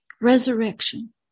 resurrection